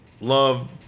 love